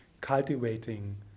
cultivating